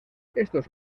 estos